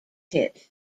hit